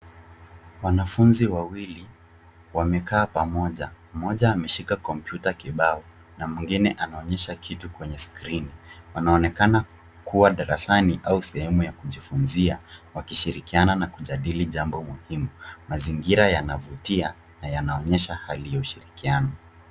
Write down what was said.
Wanafunzi wawili wamekaa pamoja, mmoja ameshika kompyuta kibao na mwingine anaonyesha kitu kwenye skrini. Wanaonekana kuwa darasani au sehemu ya kujifunza wakishirikiana na kujadili jambo muhimu. Mazingira yanavutia na yanaonyesha hali ya ushirikiano.